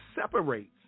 separates